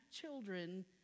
children